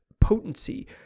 potency